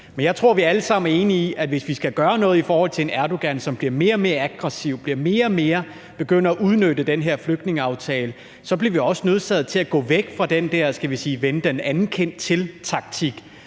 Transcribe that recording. men jeg tror, vi alle sammen er enige i, at hvis vi skal gøre noget i forhold til Erdogan, som bliver mere og mere aggressiv, og som begynder at udnytte den her flygtningeaftale, bliver vi også nødsaget til at gå væk fra den der vende den anden kind til-taktik,